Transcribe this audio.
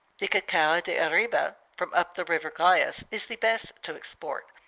the cacao de arriba, from up the river guayas, is the best to export,